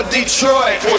Detroit